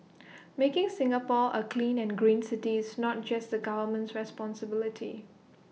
making Singapore A clean and green city is not just the government's responsibility